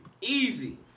Easy